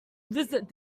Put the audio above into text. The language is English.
visit